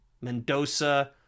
Mendoza